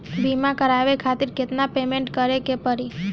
बीमा करावे खातिर केतना पेमेंट करे के पड़ी?